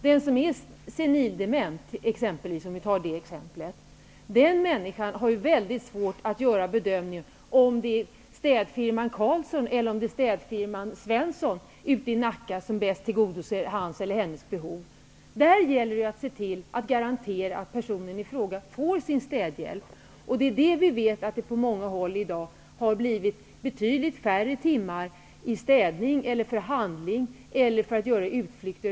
Den människa som är exempelvis senildement har ju väldigt svårt att bedöma om Städfirman Karlsson eller Städfirman Svensson i Nacka bäst tillgodoser hans eller hennes behov. Det som gäller i sådana fall är att kunna garantera att personen i fråga får sin städhjälp. Vi vet att det på många håll i dag har blivit betydligt färre timmar för städning, inköp och utflykter.